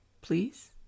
please